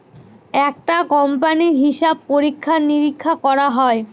একটা কোম্পানির হিসাব পরীক্ষা নিরীক্ষা করা হয়